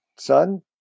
Son